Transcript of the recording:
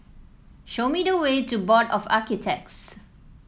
show me the way to Board of Architects